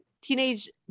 teenage